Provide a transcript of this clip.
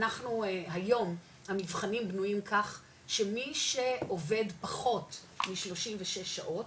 אנחנו היום המבחנים בנויים כך שמי שעובד פחות מ-36 שעות,